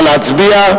נא להצביע.